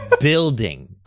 building